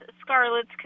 Scarlet's